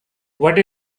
what